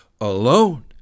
alone